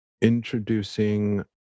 introducing